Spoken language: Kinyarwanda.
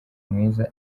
mwiza